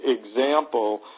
example